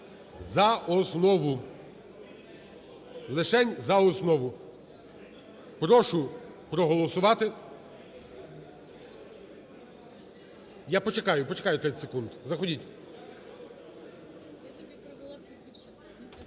за основу, лишень за основу. Прошу проголосувати. Я почекаю, почекаю 30 секунд, заходіть.